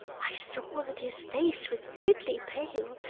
i saw that his face was deadly pale,